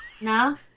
now